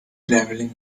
travelling